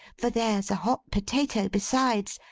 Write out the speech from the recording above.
for there's a hot potato besides,